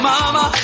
Mama